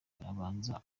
arabanza